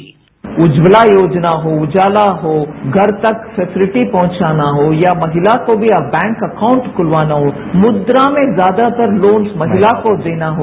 bite Ujjwala योजना हो उजाला हो घर तक फेसिलिटी पहुंचाना हो या महिला को भी बैंक अकाउंट खुलवाना हो मुद्रा में ज्यादातर लोन महिला को देना हो